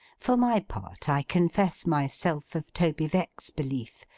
for my part, i confess myself of toby veck's belief,